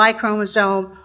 chromosome